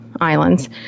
islands